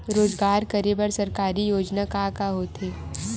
रोजगार करे बर सरकारी योजना का का होथे?